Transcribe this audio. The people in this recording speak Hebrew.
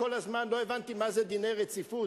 כל הזמן לא הבנתי מה זה דיני רציפות,